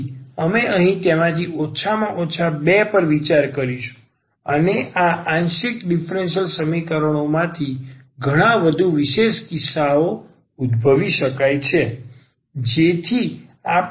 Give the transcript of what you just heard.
તેથી અમે અહીં તેમાંથી ઓછામાં ઓછા બે પર વિચારણા કરીશું અને આ આંશિક ડીફરન્સીયલ સમીકરણો માંથી ઘણા વધુ વિશેષ કિસ્સાઓ ઉદ્ભવી શકાય છે જેથી આપણે અહીં આ અજ્ઞાત I મેળવી શકીએ